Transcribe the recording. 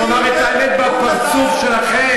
צריך לומר את האמת בפרצוף שלכם.